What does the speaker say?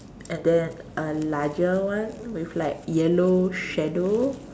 and then a larger one with like yellow shadow